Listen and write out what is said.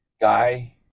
guy